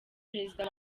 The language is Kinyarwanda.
perezida